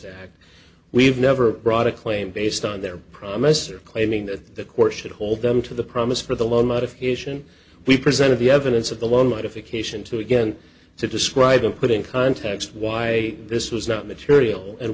act we've never brought a claim based on their promise or claiming that the court should hold them to the promise for the loan modification we presented the evidence of the loan modification to again to describe them put in context why this was not material and